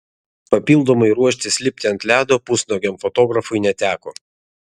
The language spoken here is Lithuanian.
papildomai ruoštis lipti ant ledo pusnuogiam fotografui neteko